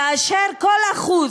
כאשר כל 1%